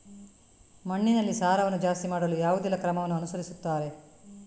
ಮಣ್ಣಿನಲ್ಲಿ ಸಾರವನ್ನು ಜಾಸ್ತಿ ಮಾಡಲು ಯಾವುದೆಲ್ಲ ಕ್ರಮವನ್ನು ಅನುಸರಿಸುತ್ತಾರೆ